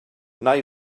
nai